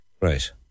Right